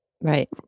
Right